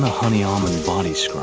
honey, almond varnish